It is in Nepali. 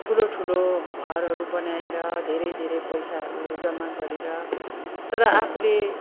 ठुलो ठुलो घरहरू बनाएर धेरै धेरै पैसाहरू जम्मा गरेर तर आफूले